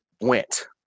went